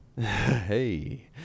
Hey